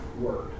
word